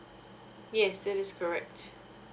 yes that is correct